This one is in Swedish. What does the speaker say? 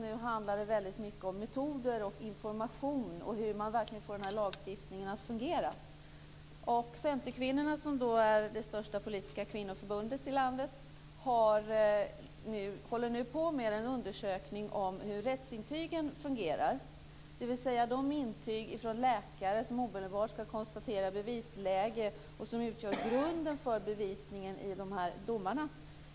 Nu handlar det väldigt mycket om metoder, information och om hur man kan få lagstiftningen att verkligen fungera. Centerkvinnorna, som är det största politiska kvinnoförbundet i landet, håller nu på med en undersökning om hur rättsintygen fungerar, dvs. att läkare i intyg omedelbart skall konstatera bevisläge som ligger till grund för bevisningen i domarna.